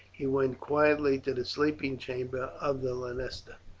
he went quietly to the sleeping chamber of the lanista.